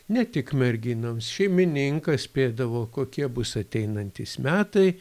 ne tik merginoms šeimininkas spėdavo kokie bus ateinantys metai